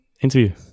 interview